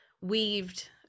weaved